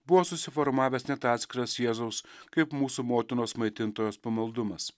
buvo susiformavęs net atskiras jėzaus kaip mūsų motinos maitintojos pamaldumas